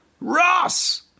Ross